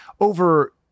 over